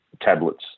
tablets